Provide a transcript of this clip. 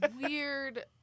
weird